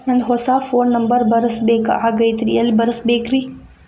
ನಂದ ಹೊಸಾ phone number ಬರಸಬೇಕ್ ಆಗೈತ್ರಿ ಎಲ್ಲೆ ಬರಸ್ಬೇಕ್ರಿ?